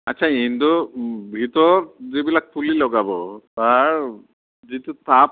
আচ্ছা ইণ্ডোৰ ভিতৰত যিবিলাক পুলি লগাব তাৰ যিটো টাব